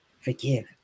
forgive